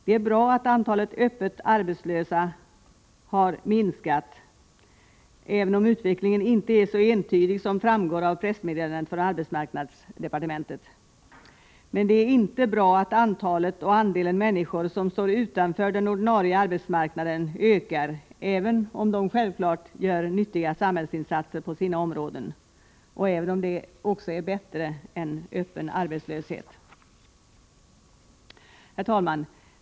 Det är bra att antalet öppet arbetslösa har minskat, även om utvecklingen inte är så entydig som framgår av pressmeddelandet från arbetsmarknadsdepartementet. Men det är inte bra att antalet och andelen människor som star utanför den ordinarie arbetsmarknaden ökar. även om de självfallet gör nyttiga samhällsinsatser på sina områden — och även om det är bättre än öppen arbetslöshet. Herr talman!